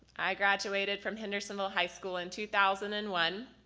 i graduated from hendersonville high school in two thousand and one,